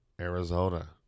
Arizona